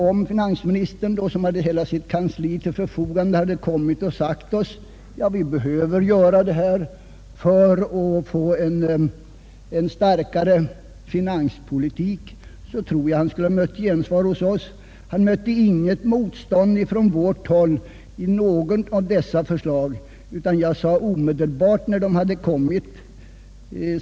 Om finansministern, som hade hela sitt kansli till förfogande, hade sagt oss att åtgärden behövdes för att vi skulle få en starkare finanspolitik, så tror jag att han skulle ha mött gensvar hos oss. Han mötte inget motstånd från vårt håll i fråga om något av dessa förslag.